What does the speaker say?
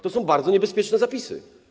To są bardzo niebezpieczne zapisy.